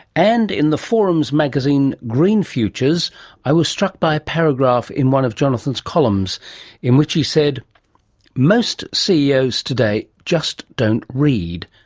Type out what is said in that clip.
and, in the forum's magazine green futures i was struck by a paragraph in one of jonathon's columns in which he said most ceos today just don't read.